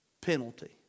penalty